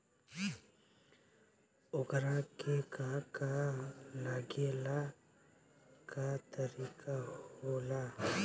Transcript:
ओकरा के का का लागे ला का तरीका होला?